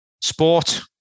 sport